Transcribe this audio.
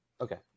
Okay